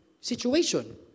situation